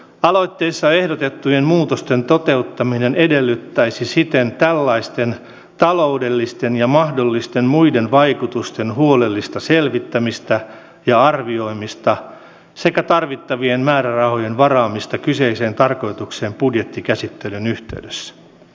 aloitteessa ehdotettujen muutosten toteuttaminen edellyttäisi siten tällaisten taloudellisten ja mahdollisten muiden vaikutusten huolellista selvittämistä ja arvioimista sekä tarvittavien määrärahojen varaamista kyseiseen tarkoitukseen budjettikäsittelyn yhteydessä